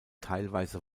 teilweise